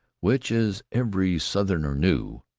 which, as every southerner knew,